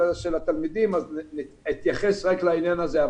התלמידים ולכן אתייחס רק לעניין הזה.